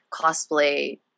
cosplay